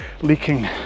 leaking